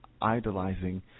idolizing